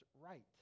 right